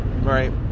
Right